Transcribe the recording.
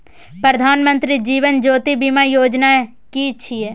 प्रधानमंत्री जीवन ज्योति बीमा योजना कि छिए?